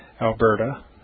Alberta